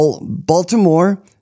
Baltimore